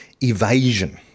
evasion